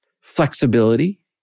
flexibility